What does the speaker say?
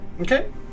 Okay